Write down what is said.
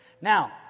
Now